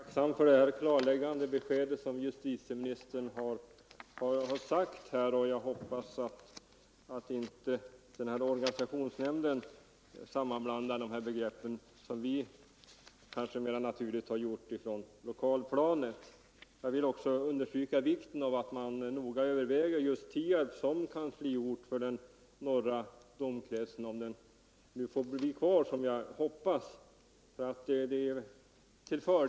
Fru talman! Jag är tacksam för det klarläggande beskedet som justitieministern har gett. Jag hoppas att organisationsnämnden inte sammanblandar de här begreppen så som vi — vilket kanske är mer naturligt — har gjort på det lokala planet. Jag vill också understryka vikten av 31 att man noga överväger just Tierp som kansliort för norra domkretsen, om den nu — som jag hoppas — får bli kvar.